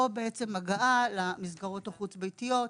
או הגעה למסגרות החוץ ביתיות,